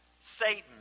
Satan